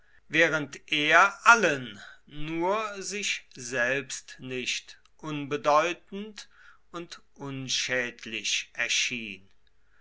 während er allen nur sich selbst nicht unbedeutend und unschädlich erschien